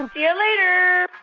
and you later